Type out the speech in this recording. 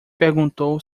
perguntou